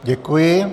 Děkuji.